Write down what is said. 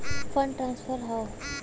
Fund transfer का हव?